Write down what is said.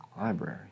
Library